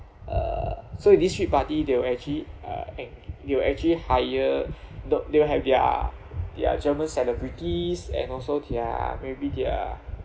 uh so in this street party they will actually uh and they will actually hire the they will have their their german celebrities and also their maybe their